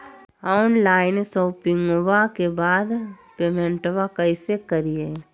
Online शोपिंग्बा के बाद पेमेंटबा कैसे करीय?